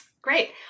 Great